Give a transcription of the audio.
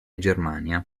germania